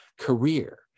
career